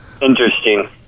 Interesting